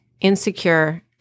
insecure